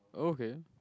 okay